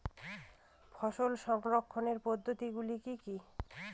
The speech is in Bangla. ফসল সংরক্ষণের পদ্ধতিগুলি কি কি?